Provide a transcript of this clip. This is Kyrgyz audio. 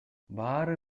баары